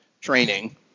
training